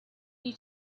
you